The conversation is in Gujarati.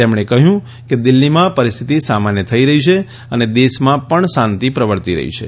તેમણે કહ્યું કે દિલ્હીમાં પરિસ્થિતિ સામાન્ય થઇ રહી છે અને દેશમાં પણ શાંતિ પ્રવર્તી રહી છે